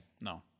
No